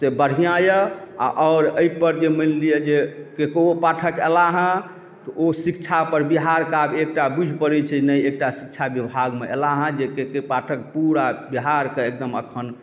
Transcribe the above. से बढ़िआँ यऽ आ आओर एहि पर जे मानि लिअ जे के के ओ पाठक अयला हँ तऽ ओ शिक्षा पर बिहारके आब एकटा बुझि पड़ैत छै नहि एकटा शिक्षा विभागमे एला हँ जे के के पाठक पूरा बिहारके एकदम अखन